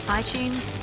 iTunes